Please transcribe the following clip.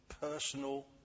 personal